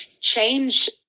change